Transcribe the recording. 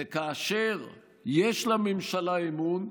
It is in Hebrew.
וכאשר יש לממשלה אמון,